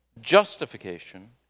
justification